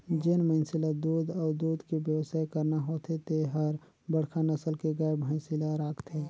जेन मइनसे ल दूद अउ दूद के बेवसाय करना होथे ते हर बड़खा नसल के गाय, भइसी ल राखथे